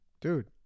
Dude